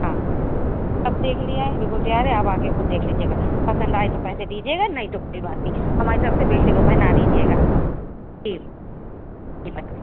ہاں سب دیکھ لیا ہے بالکل تیار ہے اب آ کے خود دیکھ لیجیے گا پسند آئے تو پیسے دیجیے گا نہیں تو کوئی بات نہیں ہماری طرف سے بیٹے کو پہنا دیجیے گا جی جی بتائیں